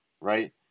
right